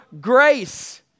grace